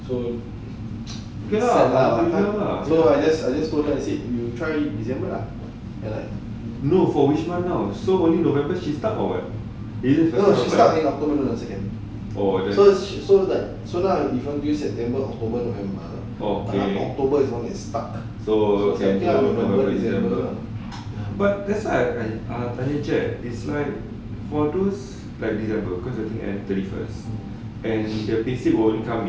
!siala! no I just I just told her you try december lah no she stuck in october so so it's like so now if you want september october november october is the one that stuck so okay lah november december